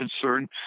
concern